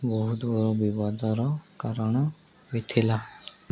ବହୁତ ବଡ଼ ବିବାଦର କାରଣ ହୋଇଥିଲା